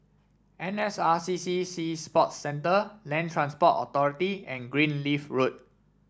N S R C C Sea Sports Centre Land Transport Authority and Greenleaf Road